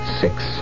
six